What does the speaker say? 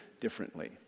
differently